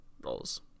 roles